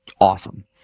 awesome